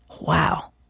Wow